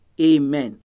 Amen